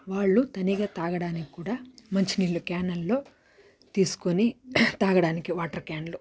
వాళ్ళు తనిగా తాగడానికి కూడా మంచినీళ్ళు క్యానల్లో తీసుకుని తాగడానికి వాటర్ క్యాన్లు